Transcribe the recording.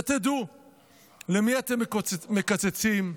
שתדעו למי אתם מקצצים,